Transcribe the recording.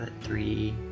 three